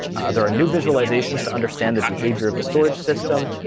there are new visualizations to understand the behavior of the storage system,